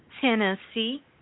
Tennessee